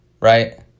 right